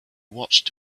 watched